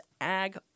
ag